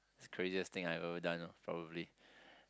craziest thing I have ever done ah probably